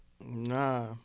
Nah